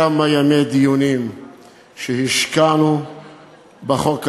כמה ימי דיונים השקענו בחוק הזה,